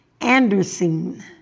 Anderson